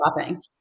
shopping